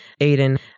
Aiden